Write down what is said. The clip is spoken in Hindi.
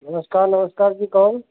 नमस्कार नमस्कार जी कौन